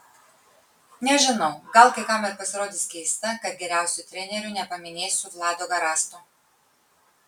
nežinau gal kai kam ir pasirodys keista kad geriausiu treneriu nepaminėsiu vlado garasto